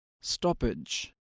stoppage